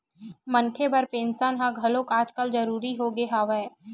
मनखे बर पेंसन ह घलो आजकल जरुरी होगे हवय